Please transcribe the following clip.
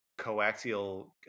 coaxial